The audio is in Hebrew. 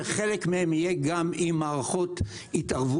שחלק מהם יהיו גם עם מערכות התערבות,